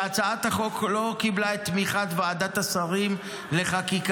שהצעת החוק לא קיבלה את תמיכת ועדת השרים לחקיקה.